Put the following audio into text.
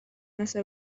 مثل